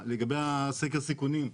לגבי סקר הסיכונים,